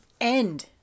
end